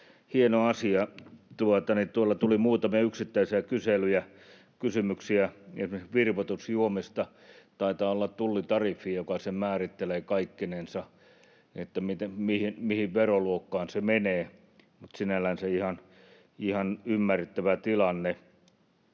hieno asia. Tuli muutamia yksittäisiä kyselyjä, kysymyksiä esimerkiksi virvoitusjuomista. Taitaa olla tullitariffi, joka sen määrittelee kaikkinensa, mihin veroluokkaan se menee, mutta sinällänsä ihan ymmärrettävä tilanne.